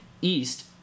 East